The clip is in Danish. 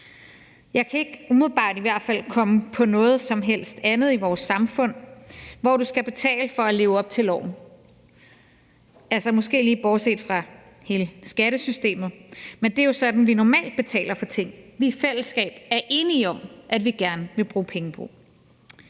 Jeg kan ikke umiddelbart i hvert fald komme på noget som helst andet i vores samfund, hvor du skal betale for at leve op til loven, altså måske lige bortset fra hele skattesystemet, men det er jo sådan, vi normalt betaler for ting, vi i fællesskab er enige om at vi gerne vil bruge penge på.